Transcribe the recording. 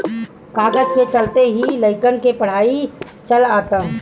कागज के चलते ही लइकन के पढ़ाई चलअता